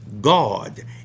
God